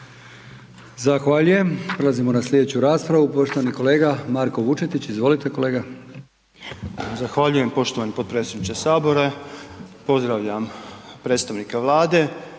Zahvaljujem. Prelazimo na sljedeću raspravu, poštovani kolega Marko Vučetić. Izvolite kolega. **Vučetić, Marko (Nezavisni)** Zahvaljujem poštovani potpredsjedniče Sabora, pozdravljam predstavnika Vlade.